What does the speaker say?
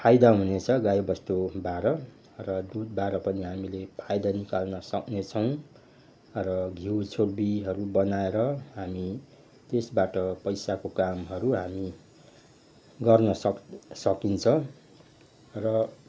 फाइदा हुनेछ गाईबस्तुबाट र दुधबाट पनि हामीले फाइदा निकाल्न सक्नेछौँ र घिउ छुर्पीहरू बनाएर हामी त्यसबाट पैसाको कामहरू हामी गर्नसक् सकिन्छ र